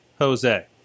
Jose